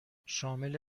شامل